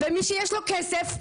ומי שיש לו כסף,